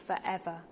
forever